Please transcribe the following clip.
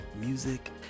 music